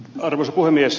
arvoisa puhemies